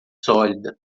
sólida